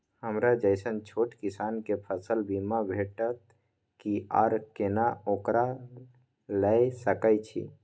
हमरा जैसन छोट किसान के फसल बीमा भेटत कि आर केना ओकरा लैय सकैय छि?